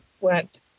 went